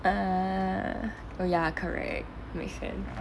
err oh ya correct make sense